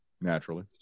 naturally